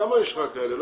כמה יש לך כאלה?